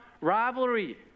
rivalry